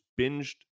binged